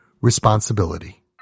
responsibility